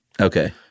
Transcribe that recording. Okay